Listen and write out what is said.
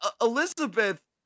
Elizabeth